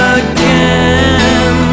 again